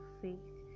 faith